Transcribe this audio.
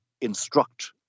instruct